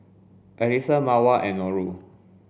Alyssa Mawar and Nurul